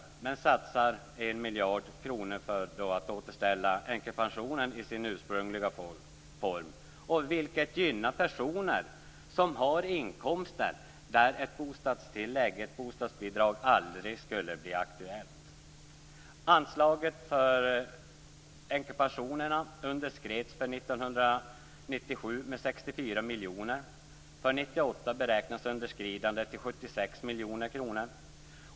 Däremot satsar man 1 miljard kronor på att återställa änkepensionen till dess ursprungliga form, vilket gynnar de personer som har sådana inkomster att ett bostadsbidrag aldrig skulle bli aktuellt. 1997 med 64 miljoner, och för 1998 beräknas underskridandet till 76 miljoner.